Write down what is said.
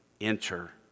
enter